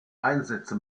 einsätze